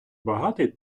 багатий